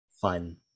fun